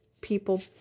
people